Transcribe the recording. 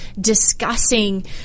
discussing